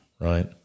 Right